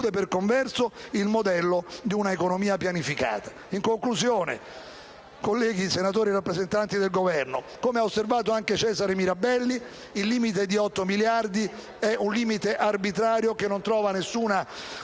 per converso, il modello di un'economia pianificata. In conclusione, colleghi senatori, rappresentanti del Governo, come ha osservato anche Cesare Mirabelli, il limite di 8 miliardi è arbitrario e non trova alcuna